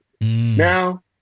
now